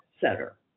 setter